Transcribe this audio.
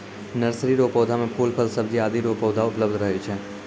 nursery रो पौधा मे फूल, फल, सब्जी आदि रो पौधा उपलब्ध रहै छै